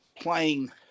playing